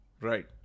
right